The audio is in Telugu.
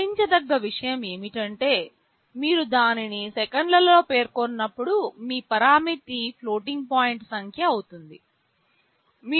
గమనించదగ్గ విషయం ఏమిటంటే మీరు దానిని సెకన్లలో పేర్కొన్నప్పుడు మీ పరామితి ఫ్లోటింగ్ పాయింట్ సంఖ్య అవుతుంది మీరు 2